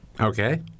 Okay